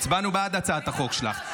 הצבענו בעד הצעת החוק שלך.